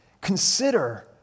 consider